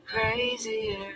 crazier